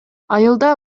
айылда